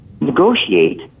Negotiate